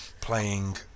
playing